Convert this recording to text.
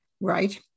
Right